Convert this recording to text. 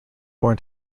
born